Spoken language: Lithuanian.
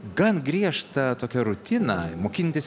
gan griežtą tokią rutiną mokintis